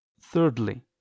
Thirdly